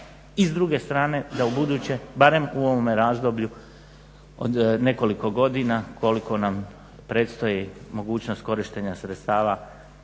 i s druge strane da ubuduće barem u ovome razdoblju od nekoliko godina koliko nam predstoji mogućnost korištenja sredstava